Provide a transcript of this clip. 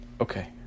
Okay